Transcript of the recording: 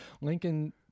Lincoln